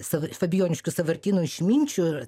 sav fabijoniškių sąvartyno išminčių ir